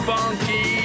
Funky